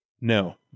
No